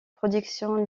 productions